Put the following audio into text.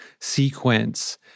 sequence –